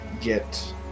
get